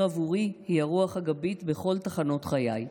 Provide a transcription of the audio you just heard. עבורי היא הרוח הגבית בכל תחנות חיי.